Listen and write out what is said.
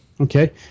Okay